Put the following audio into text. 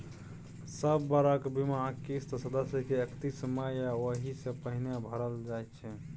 सब बरख बीमाक किस्त सदस्य के एकतीस मइ या ओहि सँ पहिने भरल जाइ छै